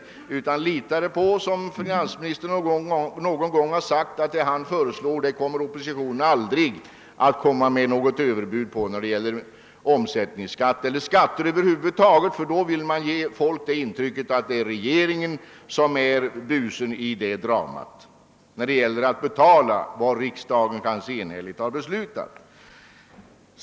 Herr Sträng har någon gång sagt att vad finansministern föreslagit när det gäller omsättningsskatt eller skatter över huvud taget kommer oppositionen aldrig med något överbud på. Oppositionen vill nämligen ge människorna det intrycket att det är regeringen som är busen i dramat när det gäller att betala vad riksdagen kanske enhälligt har beslutat.